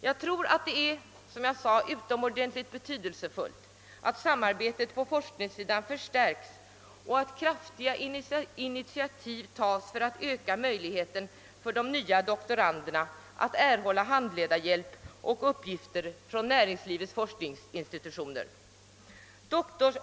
Jag tror att det är, som jag sade, utomordentligt betydelsefullt, att samarbetet på forskningssidan förstärks och att kraftiga initiativ tas för att öka möjligheten för de nya doktoranderna att erhålla handledarhjälp och uppgifter från näringslivets forskningsinstitutioner.